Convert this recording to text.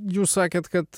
jūs sakėt kad